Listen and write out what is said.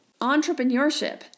Entrepreneurship